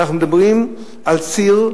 ואנחנו מדברים על ציר,